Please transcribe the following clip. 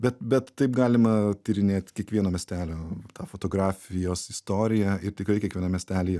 bet bet taip galima tyrinėt kiekvieno miestelio tą fotografijos istoriją ir tikrai kiekvienam miestelyje